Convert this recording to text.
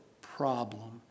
problem